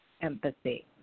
empathy